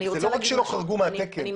בוא